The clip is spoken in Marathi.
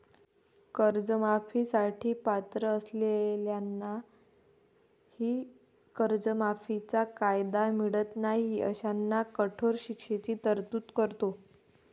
कर्जमाफी साठी पात्र असलेल्यांनाही कर्जमाफीचा कायदा मिळत नाही अशांना कठोर शिक्षेची तरतूद करतो